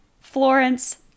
Florence